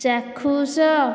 ଚାକ୍ଷୁଷ